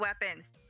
weapons